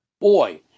Boy